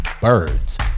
birds